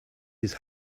his